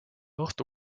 ohtu